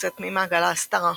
"לצאת ממעגל ההסתרה"